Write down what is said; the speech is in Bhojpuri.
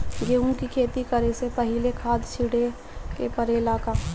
गेहू के खेती करे से पहिले खाद छिटे के परेला का?